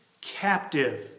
captive